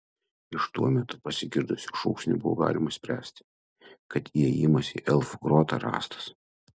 iš tuo metu pasigirdusių šūksnių buvo galima spręsti kad įėjimas į elfų grotą rastas